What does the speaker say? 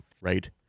right